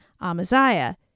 Amaziah